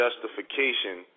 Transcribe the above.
justification